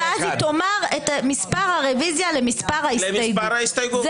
ואז היא תאמר את מספר הרוויזיה למספר ההסתייגות.